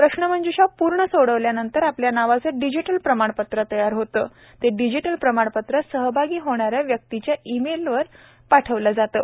प्रश्नमंज्ञषा पूर्ण सोडविल्यानंतर आपल्या नावाचे डिजिटल प्रमाणपत्र तयार होते ते डिजिटल प्रमाणपत्र सहभागी होणाऱ्या व्यक्तीच्या ई मेलवर संस्थेमार्फत पाठविले जाते